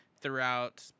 throughout